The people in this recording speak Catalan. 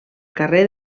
carrer